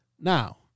Now